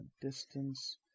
Distance